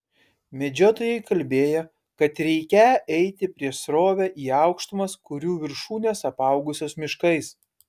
medžiotojai kalbėjo kad reikią eiti prieš srovę į aukštumas kurių viršūnės apaugusios miškais